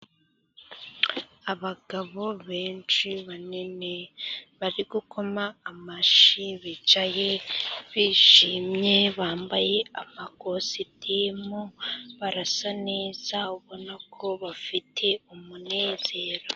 Abagabo benshi banini bari gukoma amashyi. Bicaye bishimye bambaye amakositimu barasa neza, ubona ko bafite umunezero.